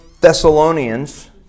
Thessalonians